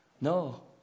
No